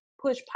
Push